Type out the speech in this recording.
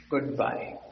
goodbye